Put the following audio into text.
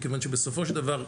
מכיוון שבסופו של דבר,